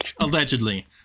allegedly